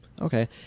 Okay